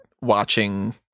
watching